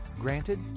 Granted